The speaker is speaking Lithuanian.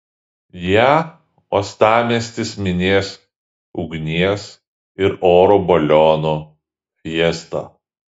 ją uostamiestis minės ugnies ir oro balionų fiesta